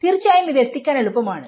തീർച്ചയായും ഇത് എത്തിക്കാൻ എളുപ്പമാണ്